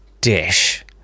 dish